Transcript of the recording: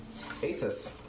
Asus